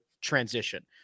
transition